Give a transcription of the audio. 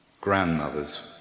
grandmothers